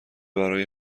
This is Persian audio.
برای